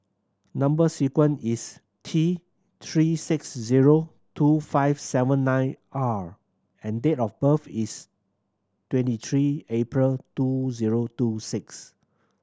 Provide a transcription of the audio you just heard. number sequence is T Three six zero two five seven nine R and date of birth is twenty three April twenty zero two six